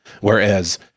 Whereas